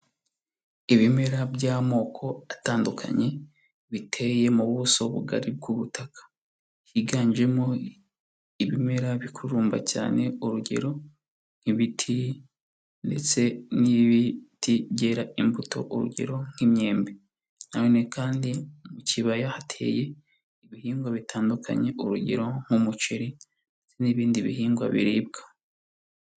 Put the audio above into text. Ibimera by'amoko atandukanye, biteye mu buso bugari bw'ubutaka, higanjemo ibimera bikurumba cyane, urugero nk'ibiti ndetse n'ibiti byera imbuto, urugero nk'imyembe, na none kandi mu kibaya hateye ibihingwa bitandukanye, urugero nk'umuceri n'ibindi bihingwa biribwa.